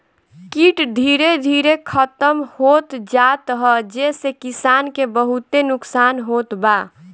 कीट धीरे धीरे खतम होत जात ह जेसे किसान के बहुते नुकसान होत बा